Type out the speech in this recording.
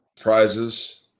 prizes